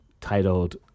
titled